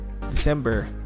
December